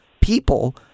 people